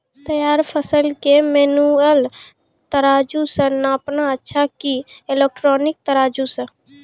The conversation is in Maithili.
तैयार फसल के मेनुअल तराजु से नापना अच्छा कि इलेक्ट्रॉनिक तराजु से?